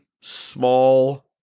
small